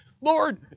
Lord